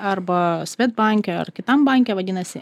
arba svedbanke ar kitam banke vadinasi